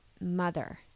mother